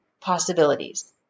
possibilities